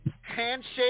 handshake